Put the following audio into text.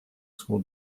school